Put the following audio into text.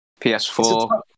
PS4